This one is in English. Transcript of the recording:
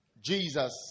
Jesus